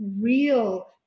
real